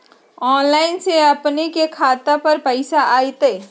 Online से अपने के खाता पर पैसा आ तई?